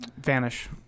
vanish